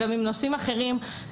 גם עם נושאים אחרים,